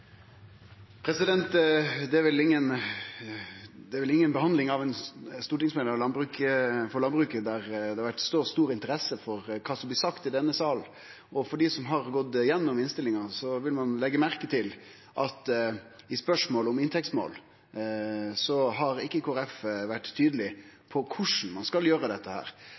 Det er vel inga behandling av ei stortingsmelding om landbruket det har vore så stor interesse for når det gjeld kva som blir sagt i denne salen. Dei som har gått igjennom innstillinga, vil ha lagt merke til at i spørsmålet om inntektsmål har ikkje Kristeleg Folkeparti vore tydeleg på korleis ein skal gjere dette.